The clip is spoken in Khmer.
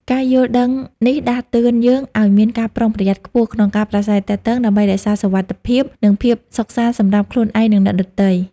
ការយល់ដឹងនេះដាស់តឿនយើងឲ្យមានការប្រុងប្រយ័ត្នខ្ពស់ក្នុងការប្រាស្រ័យទាក់ទង ដើម្បីរក្សាសុវត្ថិភាព និងភាពសុខសាន្តសម្រាប់ខ្លួនឯង និងអ្នកដទៃ។